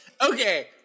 okay